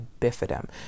bifidum